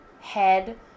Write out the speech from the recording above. head